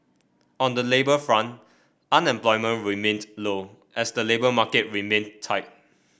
on the labour front unemployment remained low as the labour market remained tight